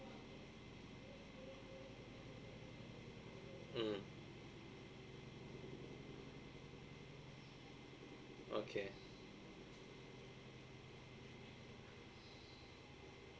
mmhmm okay